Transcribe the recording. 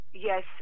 yes